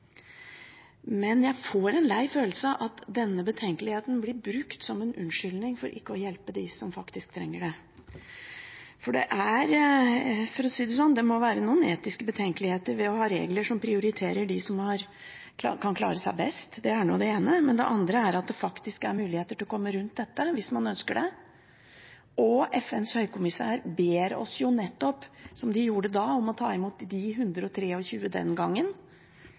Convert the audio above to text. men jeg får en lei følelse av at denne betenkeligheten blir brukt som en unnskyldning for ikke å hjelpe dem som faktisk trenger det. For å si det sånn – det må være noen etiske betenkeligheter ved å ha regler som prioriterer dem som kan klare seg best. Det er det ene. Det andre er at det faktisk er muligheter til å komme rundt dette hvis man ønsker det. FNs høykommissær ber oss jo nettopp om det, som de gjorde den gangen om å ta imot de 123. Nå har vi en medisinsk kvote, og jeg går ut fra at den